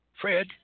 Fred